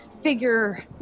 figure